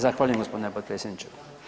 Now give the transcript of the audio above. Zahvaljujem gospodine potpredsjedniče.